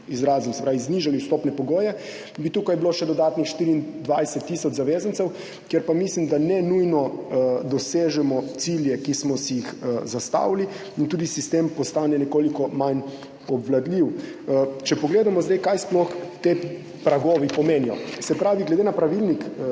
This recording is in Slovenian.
in če bi znižali vstopne pogoje, bi tukaj bilo še dodatnih 24 tisoč zavezancev, s čimer pa mislim, da ni nujno, da dosežemo cilje, ki smo si jih zastavili, in tudi sistem postane nekoliko manj obvladljiv. Če pogledamo zdaj, kaj sploh ti pragovi pomenijo. Se pravi, glede na pravilnik,